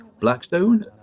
Blackstone